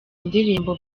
indirimbo